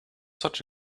such